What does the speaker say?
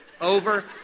over